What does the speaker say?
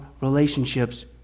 relationships